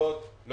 אתה